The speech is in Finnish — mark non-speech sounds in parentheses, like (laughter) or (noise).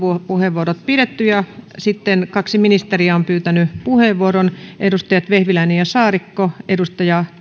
(unintelligible) ryhmäpuheenvuorot pidetty ja sitten kaksi ministeriä on pyytänyt puheenvuoron ministerit vehviläinen ja saarikko